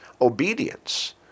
obedience